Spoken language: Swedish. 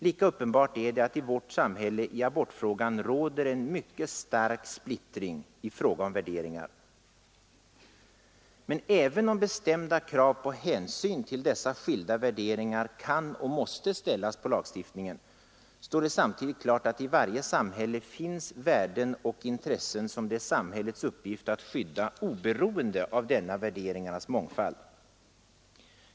Lika uppenbart är det att det i vårt samhälle i abortfrågan råder en mycket stark splittring i fråga om värderingar. Men även om bestämda krav på hänsyn till dessa skilda värderingar kan och måste ställas på lagstiftningen, står det samtidigt klart att det i varje samhälle finns värden och intressen, som det är samhällets uppgift att skydda oberoende av denna värderingarnas mångfald.